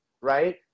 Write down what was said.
right